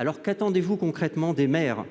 Aussi, qu'attendez-vous concrètement des maires